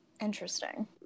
Interesting